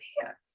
pants